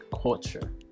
culture